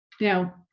Now